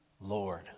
Lord